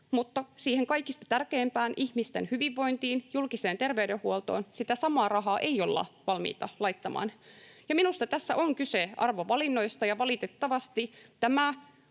mutta siihen kaikista tärkeimpään, ihmisten hyvinvointiin, julkiseen terveydenhuoltoon, sitä samaa rahaa ei olla valmiita laittamaan. Minusta tässä on kyse arvovalinnoista, ja valitettavasti tämä